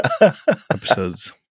episodes